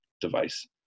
device